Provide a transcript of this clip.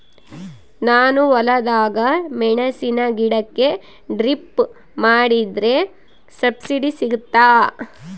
ನಾನು ಹೊಲದಾಗ ಮೆಣಸಿನ ಗಿಡಕ್ಕೆ ಡ್ರಿಪ್ ಮಾಡಿದ್ರೆ ಸಬ್ಸಿಡಿ ಸಿಗುತ್ತಾ?